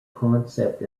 concept